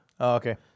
okay